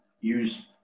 use